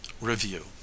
REVIEW